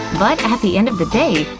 but at the end of the day,